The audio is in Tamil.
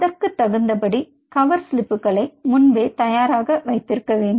அதற்கு தகுந்தபடி கவர் ஸ்லிப்புகளை முன்பே தயாராக வைத்திருக்க வேண்டும்